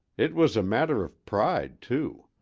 it was a matter of pride, too.